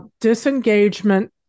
disengagement